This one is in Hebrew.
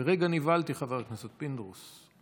לרגע נבהלתי, חבר הכנסת פינדרוס.